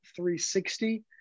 360